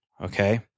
Okay